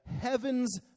heaven's